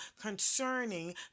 concerning